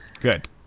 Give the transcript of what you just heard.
good